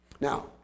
Now